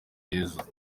heza